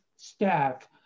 staff